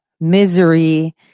misery